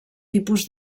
tipus